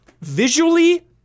visually